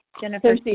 Jennifer